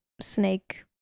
snake